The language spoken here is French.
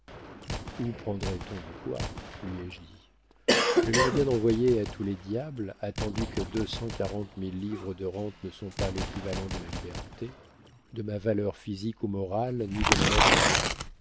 où prendrait on du bois lui ai-je dit je l'aurais bien envoyée à tous les diables attendu que deux cent quarante mille livres de rente ne sont pas l'équivalent de ma liberté de ma valeur physique ou morale ni de mon avenir